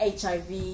HIV